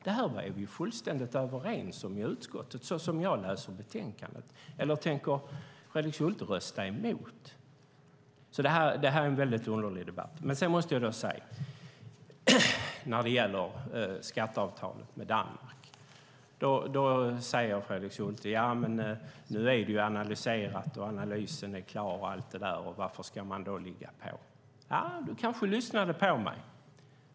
Det är vi fullständigt överens om i utskottet såsom jag läser betänkandet. Eller tänker Fredrik Schulte rösta emot? Det här är en väldigt underlig debatt. När det gäller skatteavtalet med Danmark säger Fredrik Schulte att det är analyserat och att analysen är klar och undrar varför man då ska ligga på. Han lyssnade kanske på mig.